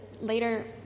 later